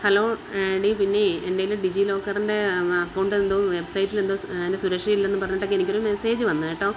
hello എടി പിന്നേ എൻ്റേതിൽ ഡിജിലോക്കറിൻ്റെ അക്കൗണ്ട് എന്തോ വെബ്സൈറ്റിൽ എന്തോ അതിന് സുരക്ഷയില്ലെന്ന് പറഞ്ഞിട്ടൊക്കെ എനിക്ക് ഒരു മെസ്സേജ് വന്നു കേട്ടോ